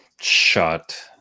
shut